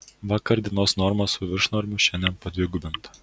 vakar dienos norma su viršnormiu šiandien padvigubinta